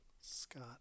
Scott